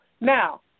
Now